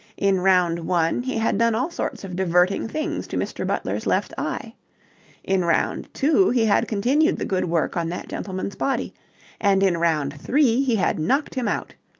in round one he had done all sorts of diverting things to mr. butler's left eye in round two he had continued the good work on that gentleman's body and in round three he had knocked him out.